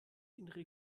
innere